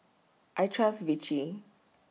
I Trust Vichy